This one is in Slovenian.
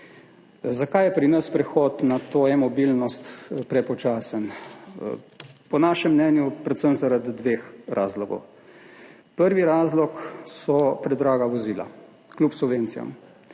Zakaj je pri nas prehod na to e-mobilnost prepočasen? Po našem mnenju predvsem zaradi dveh razlogov. Prvi razlog so predraga vozila, kljub subvencijam.